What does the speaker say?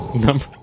number